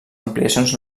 ampliacions